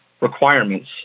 requirements